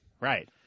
Right